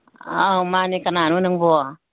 ꯑꯧ ꯃꯥꯅꯦ ꯀꯅꯥꯅꯣ ꯅꯪꯕꯣ